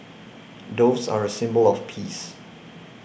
doves are a symbol of peace